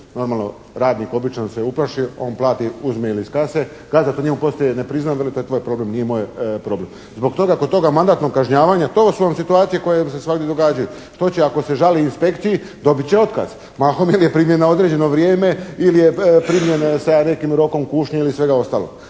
normalno radnik običan se uplašio, on plati ili uzme iz kase, gazda to njemu poslije ne prizna, veli to je tvoj problem, nije moj problem. Zbog toga, mandatno kažnjavanje, to su vam situacije koje vam se svagdje događaju. Što će ako se žali inspekciji? Dobit će otkaz, mahom jer je primljen na određeno vrijeme ili je primljen sa nekim rokom kušnje ili svega ostalog.